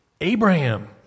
Abraham